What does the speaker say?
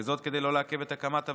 וזאת כדי לא לעכב את הקמת הוועדות,